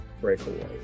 breakaway